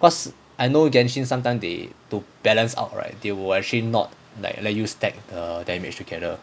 cause I know genshin sometimes they to balance out right they will actually not like let you to stack together